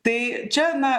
tai čia na